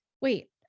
wait